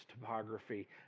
topography